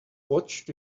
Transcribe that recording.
watched